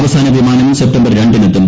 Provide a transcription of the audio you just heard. അവസാന വിമാനം സെപ്തംബർ രണ്ടിന് എത്തും